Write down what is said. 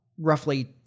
roughly